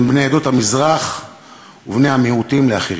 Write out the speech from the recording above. בני עדות המזרח ובני המיעוטים לאחרים.